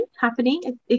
happening